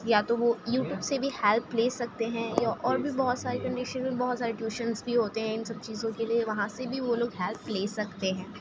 یا تو وہ یو ٹیوب سے بھی ہیلپ لے سکتے ہیں یا اور بھی بہت ساری کنڈیشن بہت ساری ٹیوشنس بھی ہوتے ہیں ان سب چیزوں کے لئے وہاں سے بھی وہ لوگ ہیلپ لے سکتے ہیں